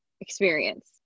experience